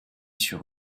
sur